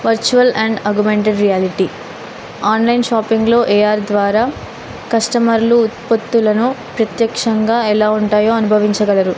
virtual and augmented reality online షాపింగ్లో AR ద్వారా కస్టమర్లు ఉత్పత్తులను ప్రత్యక్షంగా ఎలా ఉంటాయో అనుభవించగలరు